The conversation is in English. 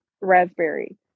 raspberry